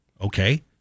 Okay